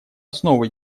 основу